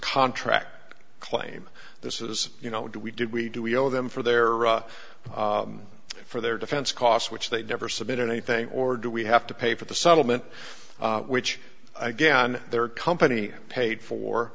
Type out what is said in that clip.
contract claim this is you know do we did we do we owe them for their or for their defense costs which they never submitted anything or do we have to pay for the settlement which again their company paid for